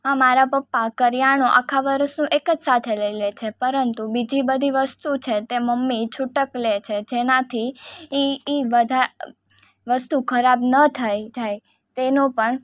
માં મારા પપ્પા કરિયાણું આખા વરસનું એક જ સાથે લઈ લે છે પરંતુ બીજી બધી વસ્તુ છે તે મમ્મી છૂટક લે છે જેનાથી એ એ બધા વસ્તુ ખરાબ ન થાય થાય તેનો પણ